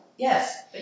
Yes